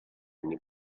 anni